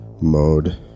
mode